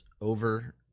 over